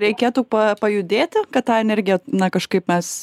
reikėtų pa pajudėti kad tą energiją na kažkaip mes